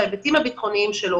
וההיבטים הביטחוניים שלו